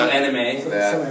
anime